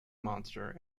monster